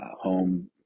home